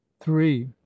three